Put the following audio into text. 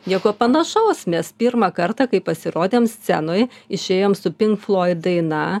nieko panašaus mes pirmą kartą kai pasirodėm scenoj išėjom su pink floid daina